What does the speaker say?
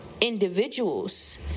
individuals